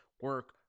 Work